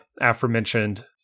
aforementioned